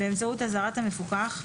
באמצעות אזהרת המפוקח,